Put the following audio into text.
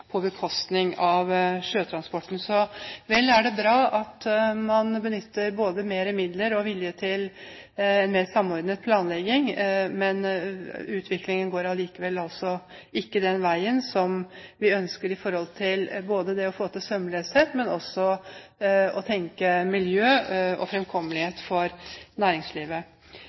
er bra at man benytter mer midler og har vilje til en mer samordnet planlegging, men utviklingen går allikevel altså ikke den veien som vi ønsker for å få til sømløshet og å tenke miljø, og fremkommelighet for næringslivet.